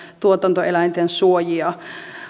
tuotantoeläinten suojia